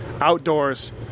outdoors